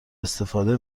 استفاده